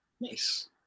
Nice